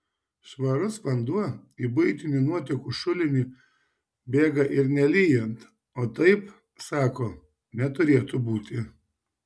švarus vanduo į buitinių nuotekų šulinį bėga ir nelyjant o taip sako neturėtų būti